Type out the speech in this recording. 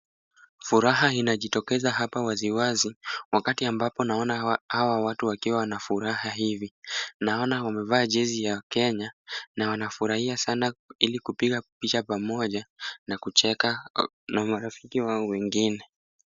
Furaha inajitokeza hapa waziwazi wakati ambapo naona hawa watu wakiwa na furaha hivi. Naona wamevaa jezi ya Kenya na wanafurahia sana ili kupiga picha pamoja na kucheka na marafiki wao wengine.